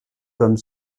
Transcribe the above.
comme